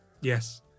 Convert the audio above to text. Yes